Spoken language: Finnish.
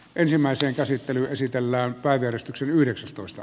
ensimmäisen käsittely esitellään päivystyksen yhdeksästoista